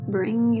Bring